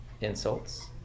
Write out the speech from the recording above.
insults